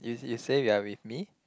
you you say you're with me